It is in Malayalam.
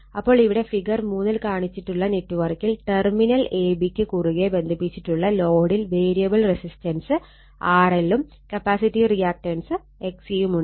അപ്പോൾ ഇവിടെ ഫിഗർ 3 ൽ കാണിച്ചിട്ടുള്ള നെറ്റ്വർക്കിൽ ടെർമിനൽ AB ക്ക് കുറുകെ ബന്ധിപ്പിച്ചിട്ടുള്ള ലോഡിൽ വേരിയബിൾ റെസിസ്റ്റൻസ് RL ഉം കപ്പാസിറ്റീവ് റിയാക്റ്റൻസ് XC യും ഉണ്ട്